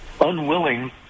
unwilling